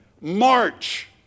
March